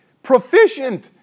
Proficient